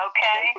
Okay